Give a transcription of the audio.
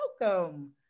welcome